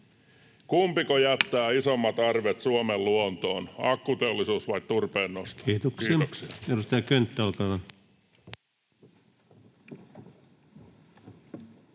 koputtaa] isommat arvet Suomen luontoon, akkuteollisuus vai turpeen nosto? — Kiitoksia.